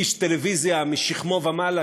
איש טלוויזיה משכמו ומעלה,